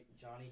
Johnny